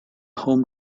home